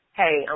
hey